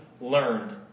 learned